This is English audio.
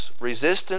resistance